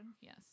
Yes